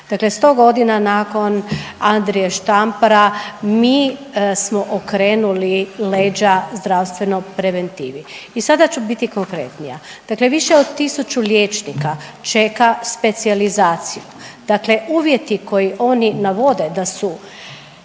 Dakle, 100 godina nakon Andrije Štampara mi smo okrenuli leđa zdravstvenoj preventivi i sada ću biti konkretnija. Dakle, više od tisuću liječnika čeka specijalizaciju. Dakle, uvjeti koje oni navode da su